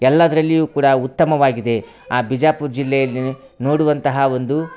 ಎಲ್ಲದರಲ್ಲಿಯೂ ಕೂಡಾ ಉತ್ತಮವಾಗಿದೆ ಆ ಬಿಜಾಪುರ ಜಿಲ್ಲೆಯಲ್ಲಿ ನೋಡುವಂತಹ ಒಂದು